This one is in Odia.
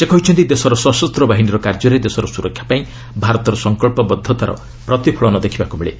ସେ କହିଛନ୍ତି ଦେଶର ସଶସ୍ତ ବାହିନୀର କାର୍ଯ୍ୟରେ ଦେଶର ସୁରକ୍ଷା ପାଇଁ ଭାରତର ସଙ୍କଚ୍ଚବଦ୍ଧତାର ପ୍ରତିଫଳନ ଦେଖିବାକୁ ମିଳେ